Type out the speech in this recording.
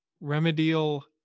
Remedial